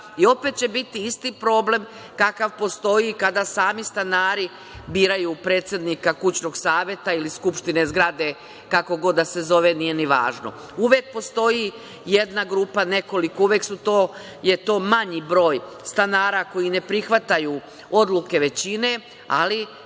i opet će biti isti problem, kakav postoji kada sami stanari biraju predsednika Kućnog saveta ili Skupštine zgrade, kako god da se zove, nije ni važno. Uvek postoji jedna grupa, uvek je to manji broj stanara koji ne prihvataju odluke većine, ali